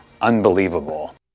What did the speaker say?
unbelievable